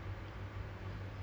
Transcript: there are areas where